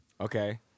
Okay